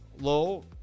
low